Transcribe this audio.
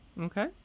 Okay